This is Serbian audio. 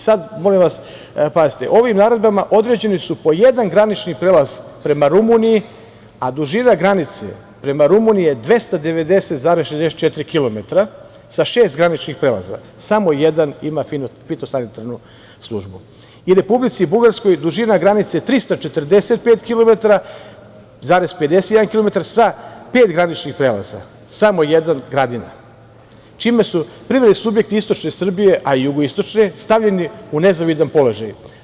Sada molim vas, pazite, ovim naredbama određeni su po jedan granični prelaz prema Rumuniji, a dužina granice prema Rumuniji je 290,64 kilometra, sa šest graničnih prelaza, samo jedan ima fitosanitarnu službu, i Republici Bugarskoj je dužina granice 345, 51 kilometar, sa pet graničnih prelaza, samo jedan Gradina, čime su privredni subjekti istočne Srbije, a i jugoistočne stavljeni u nezavidan položaj.